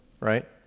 Right